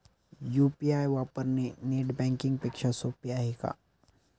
UPI वापरणे net banking पेक्षा सोपे आहे का?